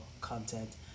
content